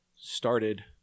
started